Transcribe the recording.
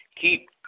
keep